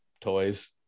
toys